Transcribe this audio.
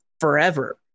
forever